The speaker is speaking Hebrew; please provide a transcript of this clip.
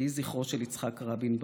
יהי זכרו של יצחק רבין ברוך.